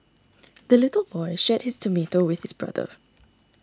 the little boy shared his tomato with his brother